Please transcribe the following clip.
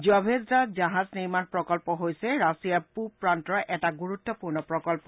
Zvezda জাহাজ নিৰ্মাণ প্ৰকল্প হৈছে ৰাছিয়াৰ পূব প্ৰান্তৰ এটা গুৰুত্বপূৰ্ণ প্ৰকল্প